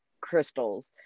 crystals